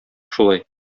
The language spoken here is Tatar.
шулай